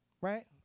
right